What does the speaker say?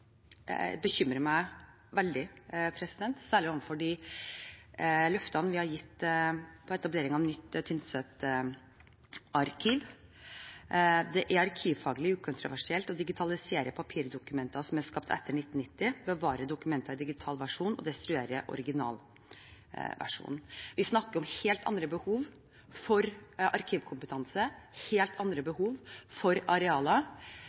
bekymrer meg veldig, særlig med tanke på løftene vi har gitt om etablering av nytt Tynset-arkiv. Det er arkivfaglig ukontroversielt å digitalisere papirdokumenter som er skapt etter 1990, bevare dokumentene i digital versjon og destruere originalversjonen. Vi snakker om helt andre behov for arkivkompetanse og helt andre behov for arealer